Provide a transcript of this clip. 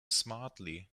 smartly